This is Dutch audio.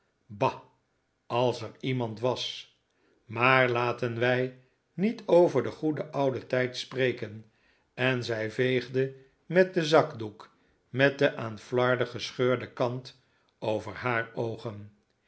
als er iemand was maar laten wij niet over den goeden ouden tijd spreken en zij veegde met den zakdoek met de aan flarden gescheurde kant over haar oogen